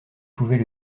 pouvait